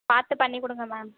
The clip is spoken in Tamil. பார்த்து பண்ணிக்கொடுங்க மேம்